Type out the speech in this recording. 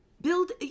build